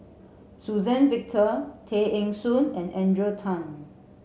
Suzann Victor Tay Eng Soon and Adrian Tan